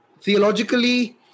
theologically